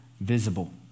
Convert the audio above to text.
visible